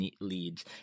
leads